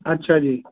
ਅੱਛਾ ਜੀ